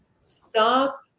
Stop